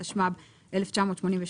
התשמ"ב-1982,